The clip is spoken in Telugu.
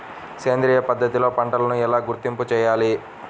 సేంద్రియ పద్ధతిలో పంటలు ఎలా గుర్తింపు చేయాలి?